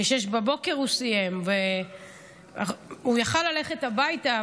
ב-06:00 הוא סיים והוא היה יכול ללכת הביתה,